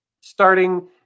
starting